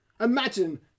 Imagine